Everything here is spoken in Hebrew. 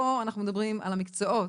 פה אנחנו מדברים על המקצועות.